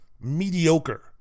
mediocre